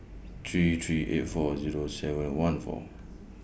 three three eight four Zero seven one four